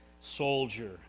soldier